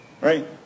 Right